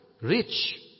rich